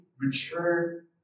mature